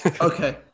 okay